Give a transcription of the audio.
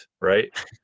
right